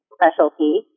specialty